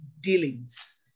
dealings